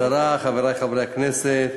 כבוד השרה, חברי חברי הכנסת,